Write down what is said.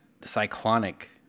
cyclonic